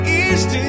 east